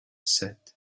said